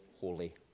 holy